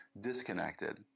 disconnected